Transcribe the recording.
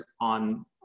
on